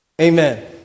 Amen